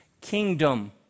kingdom